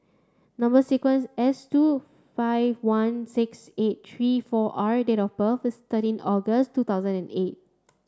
number sequence S two five one six eight three four R date of birth is thirteen August two thousand and eight